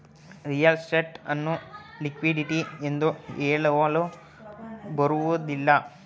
real estate ಅನ್ನು liquidity ಎಂದು ಹೇಳಲು ಬರುವುದಿಲ್ಲ